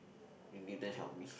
you didn't help me